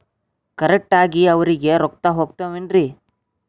Correct ಆಗಿ ಅವರಿಗೆ ರೊಕ್ಕ ಹೋಗ್ತಾವೇನ್ರಿ?